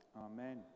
Amen